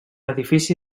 edifici